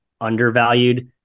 undervalued